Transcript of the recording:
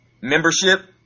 membership